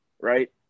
right